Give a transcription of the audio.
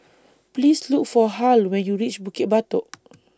Please Look For Hal when YOU REACH Bukit Batok